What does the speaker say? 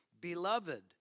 Beloved